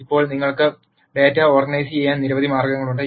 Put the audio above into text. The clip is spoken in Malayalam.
ഇപ്പോൾ നിങ്ങൾക്ക് ഡാറ്റ ഓർഗനൈസുചെയ്യാൻ നിരവധി മാർഗങ്ങളുണ്ട്